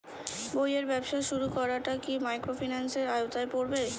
বইয়ের ব্যবসা শুরু করাটা কি মাইক্রোফিন্যান্সের আওতায় পড়বে?